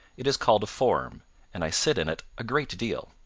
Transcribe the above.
it is called a form and i sit in it a great deal.